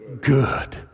good